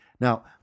Now